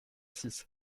six